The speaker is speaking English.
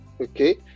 okay